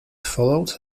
followed